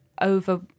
over